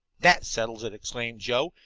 that settles it, exclaimed joe.